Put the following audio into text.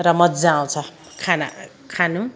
र मज्जा आउँछ खाना खानु